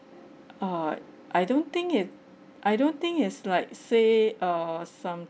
uh I don't think it I don't think is like say err some